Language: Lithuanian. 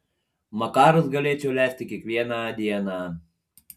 makarus galėčiau lesti kiekvieną dieną